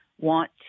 want